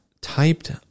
typed